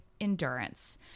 endurance